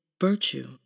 virtue